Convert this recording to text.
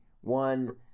one